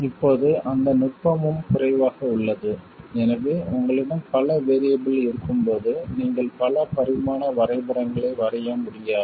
இப்போது அந்த நுட்பமும் குறைவாக உள்ளது எனவே உங்களிடம் பல வேறியபிள் இருக்கும்போது நீங்கள் பல பரிமாண வரைபடங்களை வரைய முடியாது